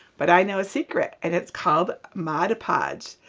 but i know a secret, and it's called mod podge.